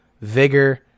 vigor